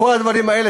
כל הדברים האלה,